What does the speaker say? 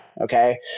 okay